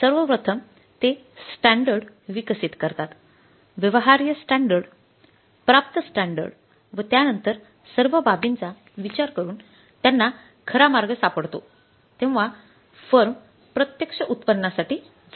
सर्वप्रथम ते स्टँडर्ड व त्यांनतर सर्व बाबींचा विचार करून त्यांना खरा मार्ग सापडतो तेव्हा तेव्हा फर्म प्रत्यक्ष उत्पादनासाठी जाते